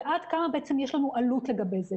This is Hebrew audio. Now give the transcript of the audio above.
ועד כמה יש לנו עלות לגבי זה.